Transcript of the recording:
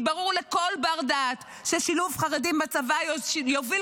ברור לכל בר-דעת ששילוב חרדים בצבא יוביל